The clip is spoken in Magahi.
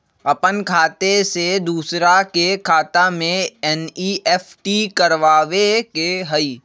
अपन खाते से दूसरा के खाता में एन.ई.एफ.टी करवावे के हई?